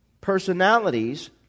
personalities